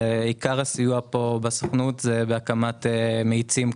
עיקר הסיוע כאן בסוכנות הוא בהקמת מאיצים ליזמות,